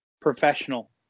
professional